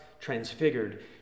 transfigured